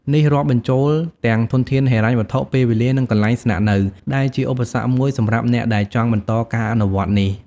នេះរាប់បញ្ចូលទាំងធនធានហិរញ្ញវត្ថុ ពេលវេលា និងកន្លែងស្នាក់នៅ ដែលជាឧបសគ្គមួយសម្រាប់អ្នកដែលចង់បន្តការអនុវត្តន៍នេះ។